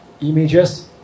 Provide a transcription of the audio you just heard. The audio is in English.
images